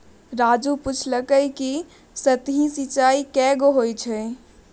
राजू पूछलकई कि सतही सिंचाई कैगो होई छई